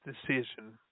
decision